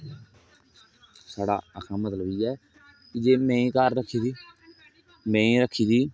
म्हाड़ा आक्खने दा मतलब इयै कि जे मेहीं घार रक्खी दी मेहीं रक्खी दी